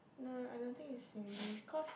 no I don't think is Singlish cause